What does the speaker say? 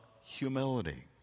humility